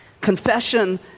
Confession